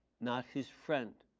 not his friend.